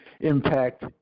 impact